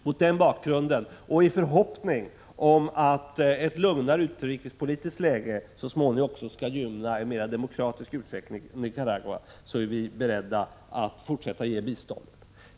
Mot den bakgrunden och i förhoppning om att ett lugnare utrikespolitiskt läge så småningom skall gynna en mer demokratisk utveckling i Nicaragua är vi i centern beredda att ge fortsatt bistånd.